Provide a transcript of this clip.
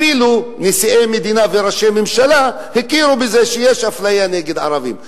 אפילו נשיאי מדינה וראשי ממשלה הכירו בזה שיש אפליה נגד ערבים.